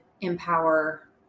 empower